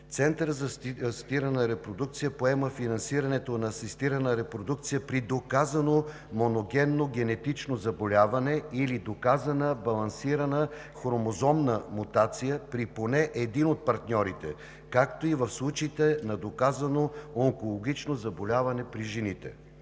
Центърът за асистирана репродукция поема финансирането на асистирана репродукция при доказано моногенно генетично заболяване или доказана балансирана хромозомна мутация при поне един от партньорите, както и в случаите на доказано онкологично заболяване при жените.